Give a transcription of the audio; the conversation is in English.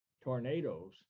Tornadoes